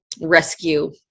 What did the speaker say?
rescue